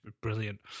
brilliant